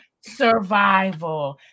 survival